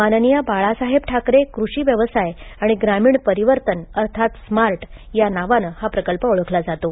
माननीय बाळासाहेब ठाकरे कृषी व्यवसाय आणि ग्रामीण परिवर्तन अर्थात स्मार्ट या नावाने हा प्रकल्प ओळखला जातो